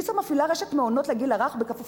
"ויצו מפעילה רשת מעונות לגיל הרך בכפוף